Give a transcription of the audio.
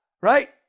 right